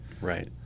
Right